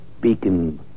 Beacon